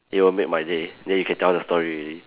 it will make my day then you can tell the story already